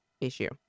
issue